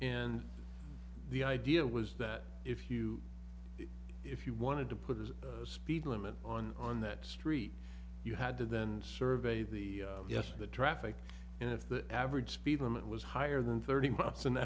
and the idea was that if you if you wanted to put a speed limit on that street you had to then survey the yes the traffic and if the average speed limit was higher than thirty